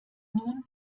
nun